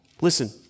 listen